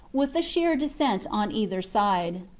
with a sheer descent on either side.